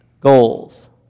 goals